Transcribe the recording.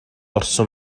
орсон